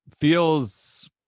feels